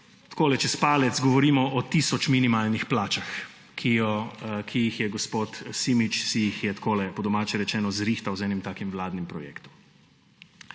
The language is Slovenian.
Takole čez palec govorimo o tisoč minimalnih plačah, ki si jih je gospod Simič takole po domače rečeno zrihtal z enim takim vladnih projektom.